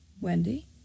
Wendy